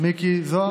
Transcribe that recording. מיקי זוהר,